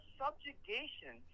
subjugation